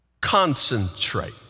concentrate